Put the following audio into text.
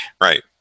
Right